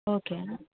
ఓకేనా